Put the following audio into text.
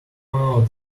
out